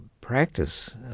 practice